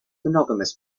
monogamous